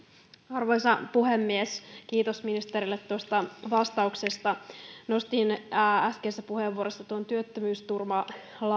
arvoisa puhemies kiitos ministerille tuosta vastauksesta nostin äskeisessä puheenvuorossa tuon työttömyysturvalain